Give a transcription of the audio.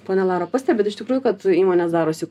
ponia laura pastebit iš tikrųjų kad įmonės darosi